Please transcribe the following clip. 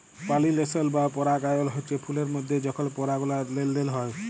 পালিলেশল বা পরাগায়ল হচ্যে ফুলের মধ্যে যখল পরাগলার লেলদেল হয়